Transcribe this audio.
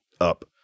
up